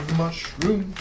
mushroom